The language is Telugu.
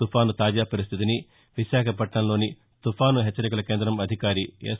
తుఫాను తాజా పరిస్టితిని విశాఖ పట్టణంలోని తుఫాను హెచ్చరికల కేంద్రం అధికారి ఎస్